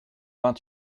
vingt